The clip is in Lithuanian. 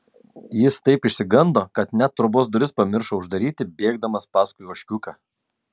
jis taip išsigando kad net trobos duris pamiršo uždaryti bėgdamas paskui ožkiuką